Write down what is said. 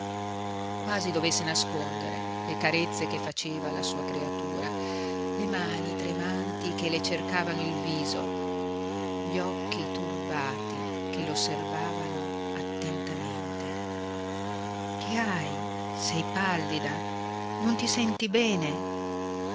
quasi dovesse nascondere le carezze che faceva alla sua creatura le mani tremanti che le cercavano il viso gli occhi turbati che l'osservavano attentamente che hai sei pallida non ti senti bene